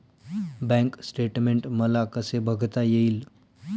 Bank statement मला कसे बघता येईल?